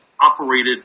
operated